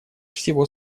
всего